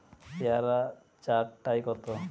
পেয়ারা চার টায় কত?